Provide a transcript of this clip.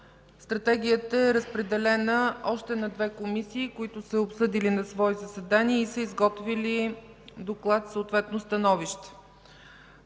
Стратегията е разпределена на още две комисии, които са я обсъдили на свои заседания и са изготвили доклад и съответно становище.